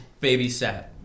babysat